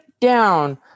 down